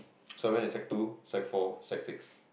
so I went in sec two sec four sec six